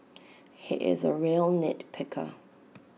he is A real nit picker